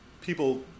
people